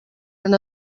han